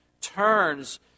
turns